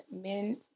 men